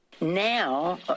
Now